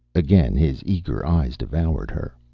again his eager eyes devoured her.